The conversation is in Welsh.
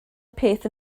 peth